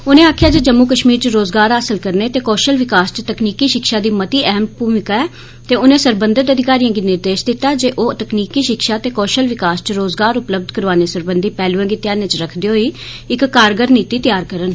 उनें आक्खेआ जे जम्मू कश्मीर च रोज़गार हासल करने ते कौशल विकास च तकनीकी शिक्षा दी मती अह्म भूमिका ऐ ते उनें सरबंघत अधिकारियें गी निर्देश दित्ते जे ओह् तकनीकी शिक्षा ते कौशल विकास च रोज़गार उपलब्य करोआनै सरबंघी पैह्लुएं गी ध्यानै च रक्खदे होई इक कारगर नीति तेआर करन